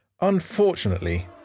Unfortunately